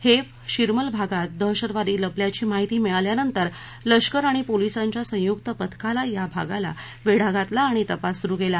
हेफ शिरमल भागात दहशतवादी लपल्याची माहिती मिळाल्यानंतर लष्कर आणि पोलिसांच्या संयुक्त पथकानं या भागाला वेढा घातला आणि तपास सुरु केला